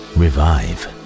revive